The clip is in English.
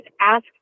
ask